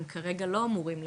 הם כרגע לא אמורים לאכוף,